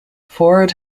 ford